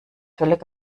völlig